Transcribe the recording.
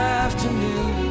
afternoon